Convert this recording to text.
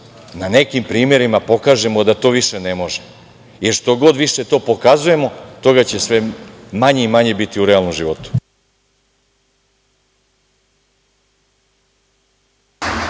na nekim primerima pokažemo da to više ne može. Što god više to pokazujemo toga će sve manje i manje biti u realnom životu.